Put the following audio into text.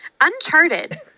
Uncharted